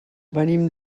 venim